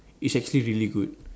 is actually really good